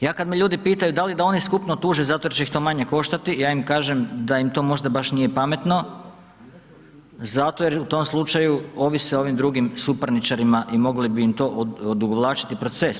Ja kad me ljudi pitaju da li da oni skupno tuže zato jer će ih to manje koštati, ja im kažem da im to možda baš nije pametno, zato jer u tom slučaju ovise o ovim drugim suparničarima i moglo bi im to odugovlačiti proces.